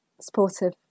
supportive